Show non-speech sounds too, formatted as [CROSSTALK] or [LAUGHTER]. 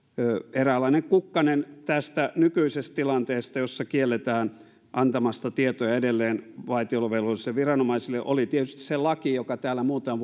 eräänlainen kukkanen tästä nykyisestä tilanteesta jossa kielletään antamasta edelleen tietoja vaitiolovelvollisille viranomaisille oli tietysti se laki joka täällä muutama [UNINTELLIGIBLE]